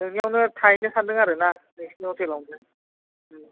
नोंनियावनो थाहैनो सानदों आरोना नोंसिनि हटेलावनो